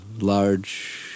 large